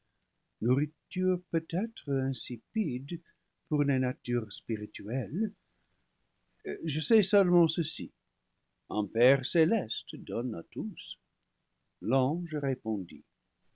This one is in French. nourriture peut-être insipide pour des natures spirituelles je sais seulement ceci un père céleste donne à tous l'ange répondit